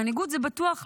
מנהיגות זה בטוח לא.